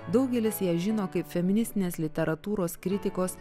daugelis ją žino kaip feministinės literatūros kritikos